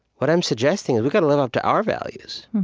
what i'm suggesting is, we've got to live up to our values.